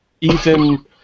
Ethan